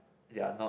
their not